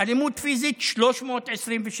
אלימות פיזית 327,